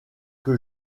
que